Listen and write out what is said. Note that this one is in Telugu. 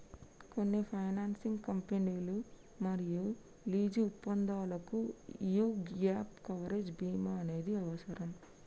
కొన్ని ఫైనాన్సింగ్ కంపెనీలు మరియు లీజు ఒప్పందాలకు యీ గ్యేప్ కవరేజ్ బీమా అనేది అవసరం